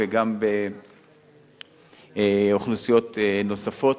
וגם באוכלוסיות נוספות.